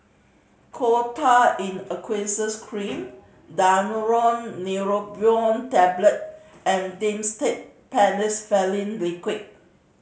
Coal Tar in Aqueous Cream Daneuron Neurobion Tablet and Dimetapp Phenylephrine Liquid